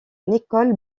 nicole